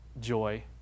joy